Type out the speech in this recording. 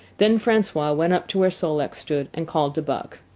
then francois went up to where sol-leks stood and called to buck.